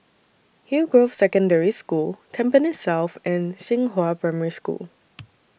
Hillgrove Secondary School Tampines South and Xinghua Primary School